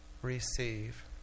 Receive